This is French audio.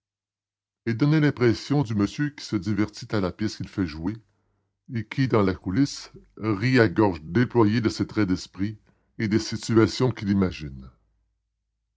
il donnait l'impression du monsieur qui se divertit à la pièce qu'il fait jouer et qui dans la coulisse rit à gorge déployée de ses traits d'esprit et des situations qu'il imagina